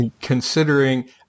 considering